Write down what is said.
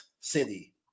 city